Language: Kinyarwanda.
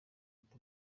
ata